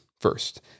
first